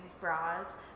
bras